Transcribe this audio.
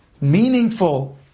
meaningful